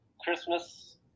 Christmas